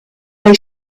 they